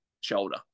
shoulder